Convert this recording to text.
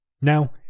Now